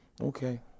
okay